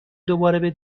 دوباره